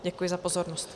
Děkuji za pozornost.